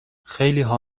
خیلیها